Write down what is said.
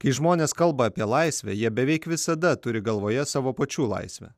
kai žmonės kalba apie laisvę jie beveik visada turi galvoje savo pačių laisvę